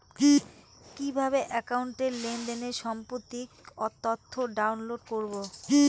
কিভাবে একাউন্টের লেনদেন সম্পর্কিত তথ্য ডাউনলোড করবো?